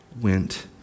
went